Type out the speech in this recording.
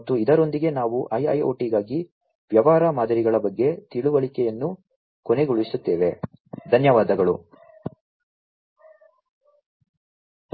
ಮತ್ತು ಇದರೊಂದಿಗೆ ನಾವು IIoT ಗಾಗಿ ವ್ಯವಹಾರ ಮಾದರಿಗಳ ಬಗ್ಗೆ ತಿಳುವಳಿಕೆಯನ್ನು ಕೊನೆಗೊಳಿಸುತ್ತೇವೆ